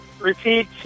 repeat